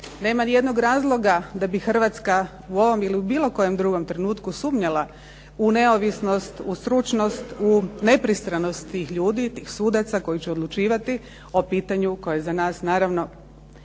nema nijednog razloga da bi Hrvatska u ovom ili u bilo kojem drugom trenutku sumnjala u neovisnost, u stručnost, u nepristranost tih ljudi, tih sudaca koji će odlučivati o pitanju koje je za nas naravno